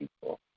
people